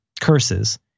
curses